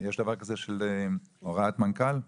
הוראת מנכ"ל.